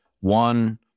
One